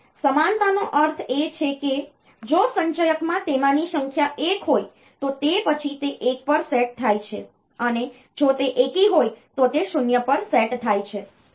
તેથી સમાનતાનો અર્થ એ છે કે જો સંચયકમાં તેમાંની સંખ્યા 1 હોય તો તે પછી તે 1 પર સેટ થાય છે અને જો તે એકી હોય તો તે 0 પર સેટ થાય છે